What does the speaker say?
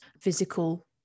physical